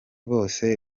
bose